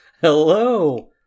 Hello